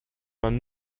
man